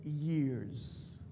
years